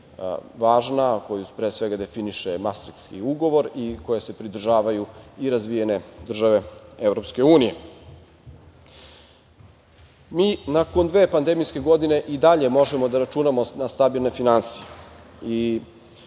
važna, a koju pre svega definiše Mastrihtski ugovor i koje se pridržavaju i razvijene države EU.Mi nakon dve pandemijske godine i dalje možemo da računamo na stabilne finansije